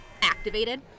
activated